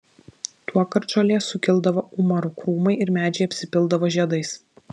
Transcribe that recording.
tuokart žolė sukildavo umaru krūmai ir medžiai apsipildavo žiedais